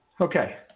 Okay